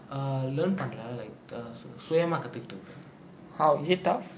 err learn பன்னல:pannala like the சுயமா கத்துகிட்ட:suyama kathukkitta